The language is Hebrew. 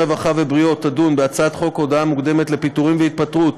הרווחה והבריאות תדון בהצעת חוק הודעה מוקדמת לפיטורים ולהתפטרות